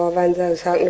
ah mendez